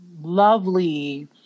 lovely